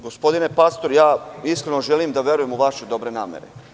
Gospodine Pastor, iskreno želim da verujem u vaše dobre namere.